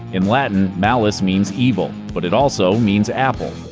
in latin, malus means evil, but it also means apple.